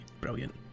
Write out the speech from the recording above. brilliant